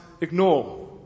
ignore